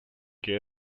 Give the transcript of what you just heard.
que